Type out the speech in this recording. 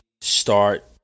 Start